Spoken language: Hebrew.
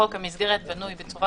חוק המסגרת בנוי כך